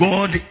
God